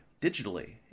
digitally